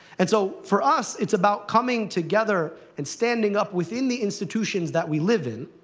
and so, for us, it's about coming together and standing up within the institutions that we live in,